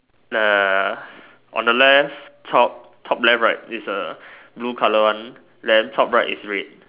err on the left top top left right is a blue colour one then top right is red